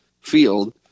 field